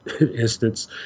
instance